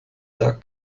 dark